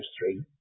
three